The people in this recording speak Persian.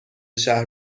شهر